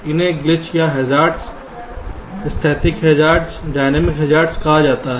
इन्हें ग्लिच या हैज़ार्डस स्थैतिक हैज़ार्ड डायनामिक हैज़ार्ड कहा जाता है